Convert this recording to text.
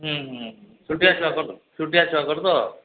ହୁଁ ହୁଁ ଛୋଟିଆ ଛୋଟିଆ ଛୁଆଙ୍କର ତ